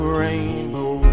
rainbow